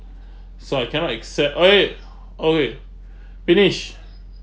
so I cannot accept wait oh wait finished